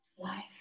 life